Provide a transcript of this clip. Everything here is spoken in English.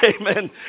amen